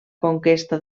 conquesta